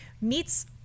meets